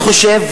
אני חושב,